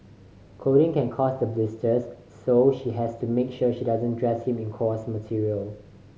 clothing can cause the blisters so she has to make sure she doesn't dress him in coarse material